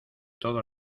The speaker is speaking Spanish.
todo